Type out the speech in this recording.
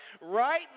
right